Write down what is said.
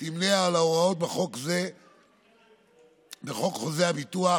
תימנה עם ההוראות בחוק חוזי הביטוח